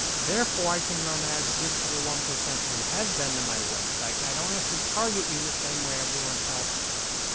therefore, i can run ads just to the one percent who have been to my website and i don't have to target you the same way everyone else does.